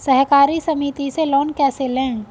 सहकारी समिति से लोन कैसे लें?